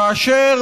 כאשר